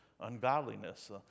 ungodliness